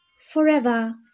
forever